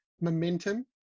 Momentum